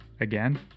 again